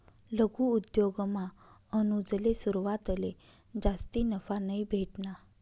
लघु उद्योगमा अनुजले सुरवातले जास्ती नफा नयी भेटना